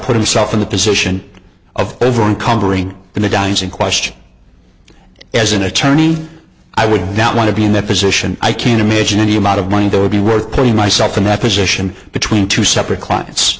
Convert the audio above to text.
put himself in the position of over encumbering the medallions in question as an attorney i would not want to be in that position i can't imagine any amount of money that would be worth putting myself in that position between two separate clients